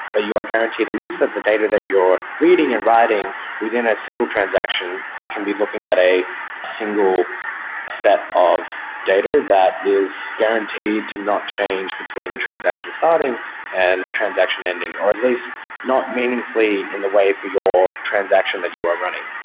guaranteed at least that the data that you're reading and writing within a single transactional can be looking at a single set of data that is guaranteed to not change between the transaction starting and the transaction ending, or at least not meaningfully in the way for your transaction that you are running.